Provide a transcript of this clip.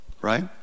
Right